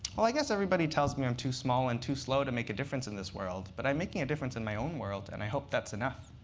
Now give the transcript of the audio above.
well, i guess everybody tells me i'm too small and too slow to make a difference in this world. but i'm making a difference in my own world, and i hope that's enough.